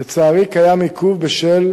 לצערי, קיים עיכוב בשל